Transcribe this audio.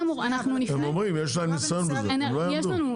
הם אומרים, יש להם ניסיון בזה, הם לא יעמדו בזה.